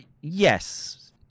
yes